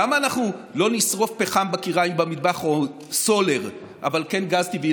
למה לא נשרוף פחם בכיריים במטבח או סולר אבל כן גז טבעי?